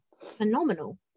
phenomenal